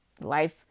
life